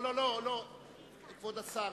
כבוד השר,